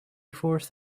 forth